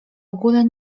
ogóle